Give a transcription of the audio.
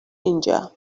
اینجا